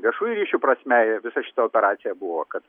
viešųjų ryšių prasme visa šita operacija buvo kad